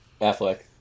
Affleck